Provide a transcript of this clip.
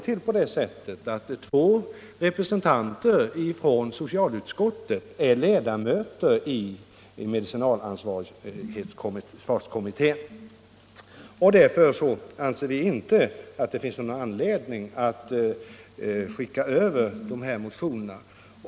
Två representanter för socialutskottet är ledamöter av medicinalansvarskommittén. Vi anser därför att det inte finns någon anledning att skicka över motionerna.